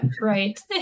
Right